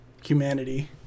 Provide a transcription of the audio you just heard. Humanity